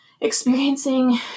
experiencing